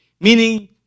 Meaning